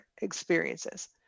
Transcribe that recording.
experiences